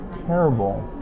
terrible